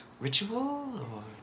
Ritual